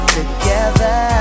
together